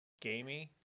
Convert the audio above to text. Gamey